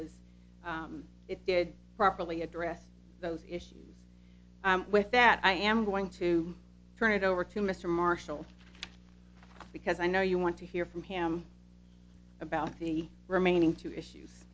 was it did properly address those issues and with that i am going to turn it over to mr marshall because i know you want to hear from him about the remaining two issues